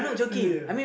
really ah